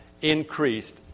increased